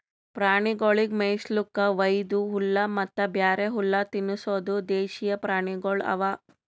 ಪ್ರಾಣಿಗೊಳಿಗ್ ಮೇಯಿಸ್ಲುಕ್ ವೈದು ಹುಲ್ಲ ಮತ್ತ ಬ್ಯಾರೆ ಹುಲ್ಲ ತಿನುಸದ್ ದೇಶೀಯ ಪ್ರಾಣಿಗೊಳ್ ಅವಾ